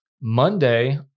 Monday